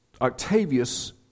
Octavius